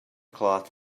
cloth